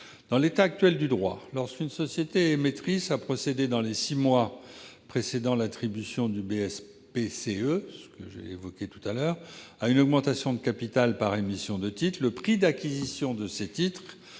En l'état actuel du droit, lorsqu'une société émettrice a procédé, dans les six mois précédant l'attribution de BSPCE, à une augmentation de capital par émission de titres, le prix d'acquisition de ces titres